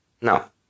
Now